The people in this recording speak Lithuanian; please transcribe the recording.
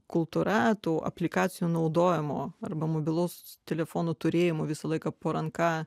kultūra tų aplikacijų naudojimo arba mobilus telefono turėjimu visą laiką po ranka